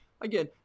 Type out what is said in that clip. Again